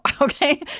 okay